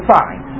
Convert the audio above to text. fine